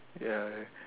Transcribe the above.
ya